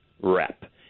rep